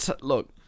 Look